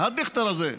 "הדיכטר הזה".